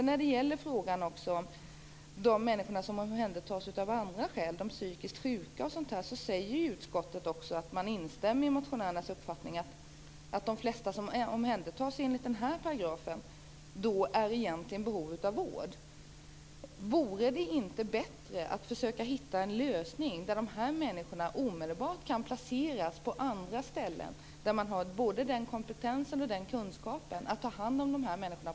När det gäller de människor som omhändertas av andra skäl, de psykiskt sjuka, säger utskottet att man instämmer i motionärernas uppfattning. De flesta som omhändertas enligt den här paragrafen är egentligen i behov av vård. Vore det då inte bättre att försöka hitta en lösning så att de här människorna omedelbart kan placeras på andra ställen där man har både den kompetens och den kunskap som behövs för att ta hand om dem på ett humant sätt?